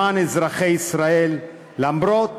למען אזרחי ישראל, למרות